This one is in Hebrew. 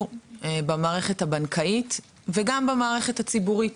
במערכת הבנקאית וגם במערכת הציבורית,